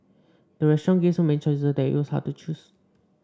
the restaurant gave so many choices that it was hard to choose